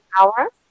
hour